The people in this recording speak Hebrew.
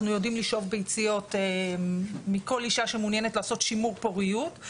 אנחנו יודעים לשאוב ביציות מכל אישה שמעוניינת לעשות שימור פוריות.